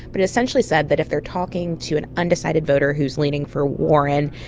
but it essentially said that if they're talking to an undecided voter who's leaning for warren,